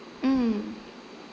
mm